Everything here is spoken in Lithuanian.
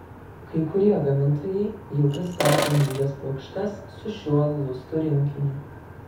kai kurie gamintojai jau pristatė naujas plokštes su šiuo lustų rinkiniu